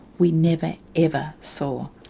we never ever saw.